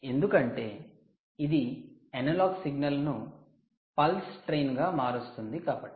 ఎందుకంటే ఇది analogue signal ను పల్స్ ట్రైన్ గా మారుస్తుంది కాబట్టి